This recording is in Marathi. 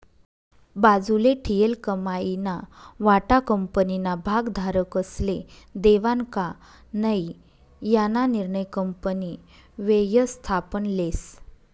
बाजूले ठीयेल कमाईना वाटा कंपनीना भागधारकस्ले देवानं का नै याना निर्णय कंपनी व्ययस्थापन लेस